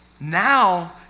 now